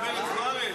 גברת זוארץ,